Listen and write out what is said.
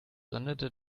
landete